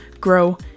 grow